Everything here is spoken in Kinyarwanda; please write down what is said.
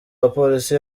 bapolisi